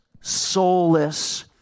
soulless